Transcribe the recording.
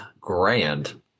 grand